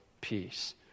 peace